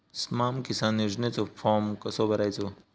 स्माम किसान योजनेचो फॉर्म कसो भरायचो?